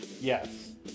Yes